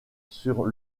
sur